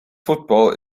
football